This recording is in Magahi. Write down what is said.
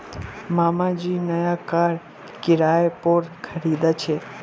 मामा जी नया कार किराय पोर खरीदा छे